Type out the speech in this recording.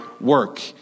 work